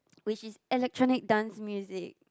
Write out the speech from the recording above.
which is electronic dance music